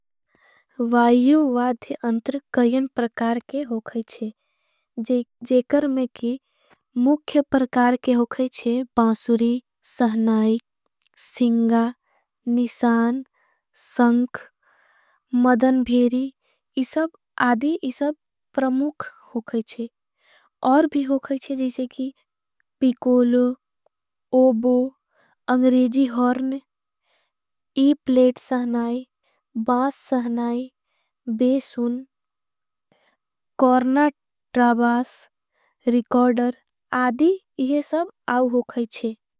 वायू वाधे अंतर कईन प्रकार के होगाईच्छे जेकर में। की मुख्य प्रकार के होगाईच्छे बासुरी सहनाई सिंगा। निसान संख मदन भेरी इसब आदी इसब प्रमूक। होगाईच्छे और भी होगाईच्छे जिसे की पिकोलो ओबो। अंग्रेजी हॉर्न इपलेट सहनाई बास सहनाई बेसुन। कॉर्ना ट्राबास रिकॉर्डर आदी इसब आव होगाईच्छे।